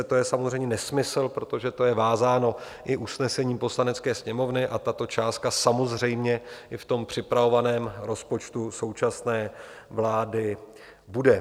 To je samozřejmě nesmysl, protože to je vázáno i usnesením Poslanecké sněmovny, a tato částka samozřejmě i v připravovaném rozpočtu současné vlády bude.